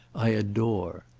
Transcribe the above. i adore.